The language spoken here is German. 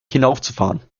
hinaufzufahren